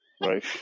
right